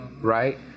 right